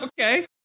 Okay